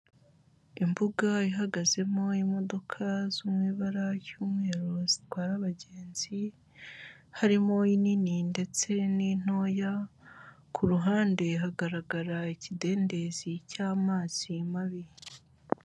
Imbuga ihagazemo imodoka zo mu ibara ry'umweru zitwara abagenzi, harimo inini ndetse n'intoya, ku ruhande hagaragara ikidendezi cy'amazi mabi.